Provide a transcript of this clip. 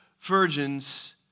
virgins